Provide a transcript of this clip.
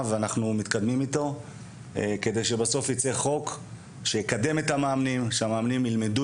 כדי בסוף ייצא חוק שיקדם את המאמנים; שהמאמנים ילמדו